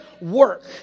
work